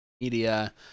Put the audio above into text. media